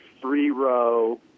three-row